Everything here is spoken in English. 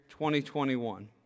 2021